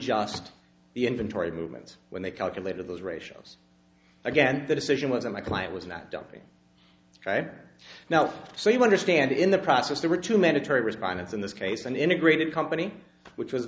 just the inventory movements when they calculated those ratios again the decision was that my client was not dumping right now so you understand in the process they were to mandatory respondents in this case an integrated company which was